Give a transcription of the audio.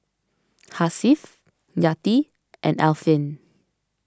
Hasif Yati and Alfian